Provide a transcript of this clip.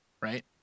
right